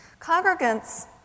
Congregants